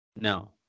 No